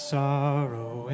sorrow